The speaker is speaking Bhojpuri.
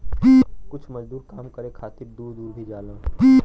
कुछ मजदूर काम करे खातिर दूर दूर भी जालन